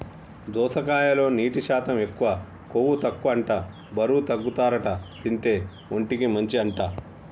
దోసకాయలో నీటి శాతం ఎక్కువ, కొవ్వు తక్కువ అంట బరువు తగ్గుతారట తింటే, ఒంటికి మంచి అంట